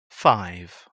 five